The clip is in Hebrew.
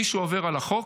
מי שעובר על החוק,